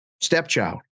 stepchild